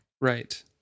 Right